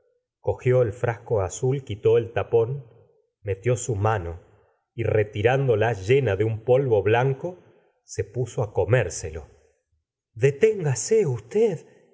cogió el frasco azul quitó el tapón metió su mano y retirándola llena de un polvo blanco se puso á comérselo deténgase usted